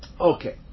Okay